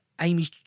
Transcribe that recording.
Amy